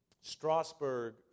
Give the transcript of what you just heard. Strasbourg